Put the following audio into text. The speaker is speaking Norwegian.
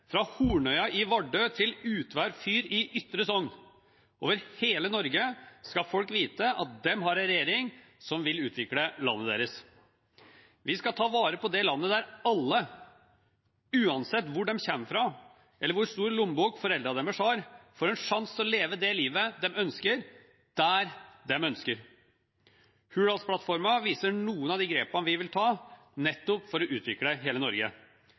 fra Hornøya i Vardø til Utvær fyr i Ytre Sogn. Over hele Norge skal folk vite at de har en regjering som vil utvikle landet. Vi skal ta vare på det landet der alle, uansett hvor man kommer fra eller hvor stor lommebok foreldrene har, får en sjanse til å leve det livet man ønsker, der man ønsker. Hurdalsplattformen viser noen av de grepene vi vil ta, nettopp for å utvikle hele Norge.